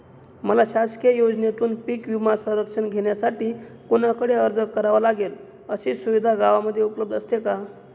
मला शासकीय योजनेतून पीक विमा संरक्षण घेण्यासाठी कुणाकडे अर्ज करावा लागेल? अशी सुविधा गावामध्ये उपलब्ध असते का?